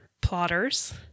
plotters